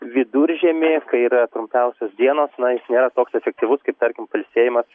viduržiemį kai yra trumpiausios dienos na jis nėra toks efektyvus kaip tarkim pailsėjimas